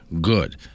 Good